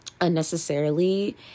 unnecessarily